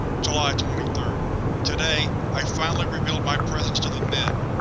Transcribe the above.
july twenty third today, i finally revealed my presence to the men.